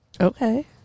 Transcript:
Okay